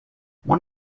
one